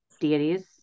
deities